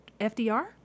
FDR